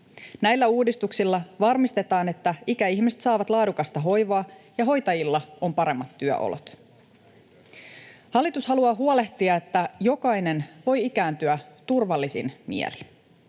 Näillä uudistuksilla varmistetaan, että ikäihmiset saavat laadukasta hoivaa ja hoitajilla on paremmat työolot. [Oikealta: Näinköhän!] Hallitus haluaa huolehtia, että jokainen voi ikääntyä turvallisin mielin.